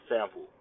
sample